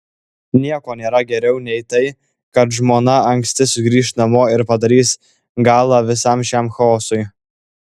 nieko nėra geriau nei tai kad žmona anksti sugrįš namo ir padarys galą visam šiam chaosui